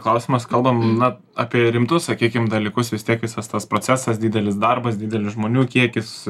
klausimas kalbam na apie rimtus sakykim dalykus vis tiek visas tas procesas didelis darbas didelis žmonių kiekis